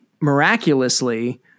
miraculously